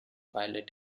pilot